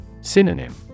Synonym